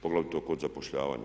Poglavito kod zapošljavanja.